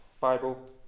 Bible